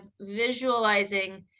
visualizing